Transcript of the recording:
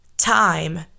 Time